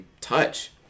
touch